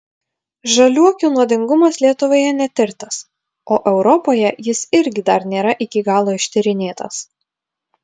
žaliuokių nuodingumas lietuvoje netirtas o europoje jis irgi dar nėra iki galo ištyrinėtas